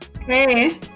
Hey